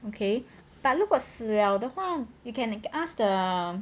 okay but 如果死 liao 的话 you can ask the